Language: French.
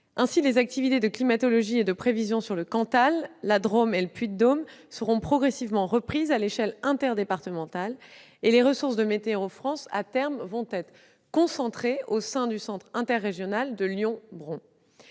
Ainsi, les activités de climatologie et de prévision sur le Cantal, la Drôme et le Puy-de-Dôme seront progressivement reprises à l'échelle interdépartementale, et les ressources de Météo-France à terme concentrées au sein du centre interrégional de Lyon-Bron.